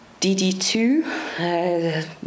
DD2